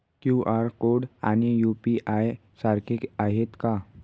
QR code आणि UPI सारखे आहेत का?